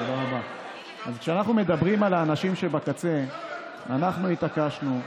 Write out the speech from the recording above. כשאנחנו מדברים על האנשים שבקצה אנחנו התעקשנו,